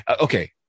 Okay